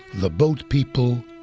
the boat people,